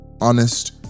honest